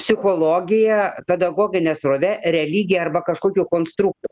psichologija pedagogine srove religija arba kažkokiu konstruktu